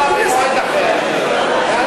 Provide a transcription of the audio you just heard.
אפשר להודיע על הצבעה במועד אחר, ואנחנו,